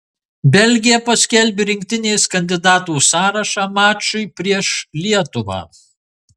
belgija paskelbė rinktinės kandidatų sąrašą mačui prieš lietuvą